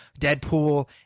Deadpool